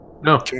no